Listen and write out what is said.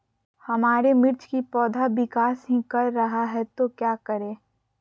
हमारे मिर्च कि पौधा विकास ही कर रहा है तो क्या करे?